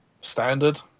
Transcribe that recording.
standard